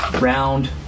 round